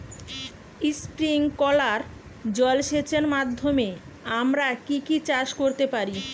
Sprinkler জলসেচের মাধ্যমে আমরা কি কি চাষ করতে পারি?